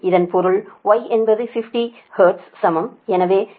இதன் பொருள் Y என்பது 50 ஹெர்ட்ஸுக்கு சமம் எனவே j 2f 1